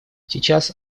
сейчас